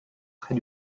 près